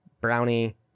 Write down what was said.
Brownie